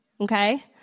okay